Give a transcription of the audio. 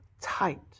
tight